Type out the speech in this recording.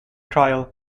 trial